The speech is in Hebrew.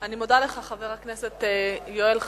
אני מודה לך, חבר הכנסת יואל חסון,